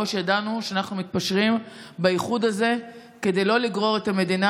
מראש ידענו שאנחנו מתפשרים באיחוד הזה כדי שלא לגרור את המדינה